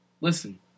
listen